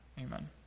Amen